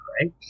Right